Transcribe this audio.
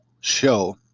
show